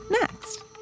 next